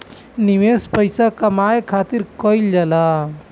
निवेश पइसा कमाए खातिर कइल जाला